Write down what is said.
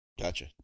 Gotcha